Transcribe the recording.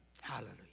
Hallelujah